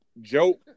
Joke